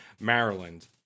Maryland